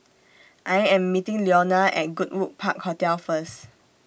I Am meeting Leona At Goodwood Park Hotel First